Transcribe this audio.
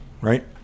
right